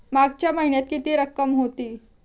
मागच्या महिन्यात किती रक्कम होती?